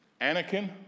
Anakin